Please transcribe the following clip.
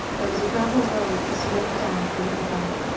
there was a gravel road that sloped down to the river bank,